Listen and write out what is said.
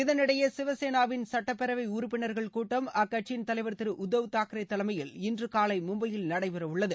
இதனிடையே சிவசேனாவின் சுட்டப்பேரவை உறுப்பினர்கள் கூட்டம் அக்கட்சியின் தலைவர் திரு உத்தவ் தாக்ரே தலைமையில் இன்று காலை மும்பையில் நடைபெற உள்ளது